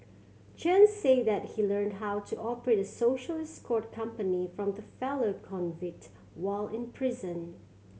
Chen said that he learned how to operate a social escort company from the fellow convict while in prison